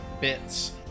Bits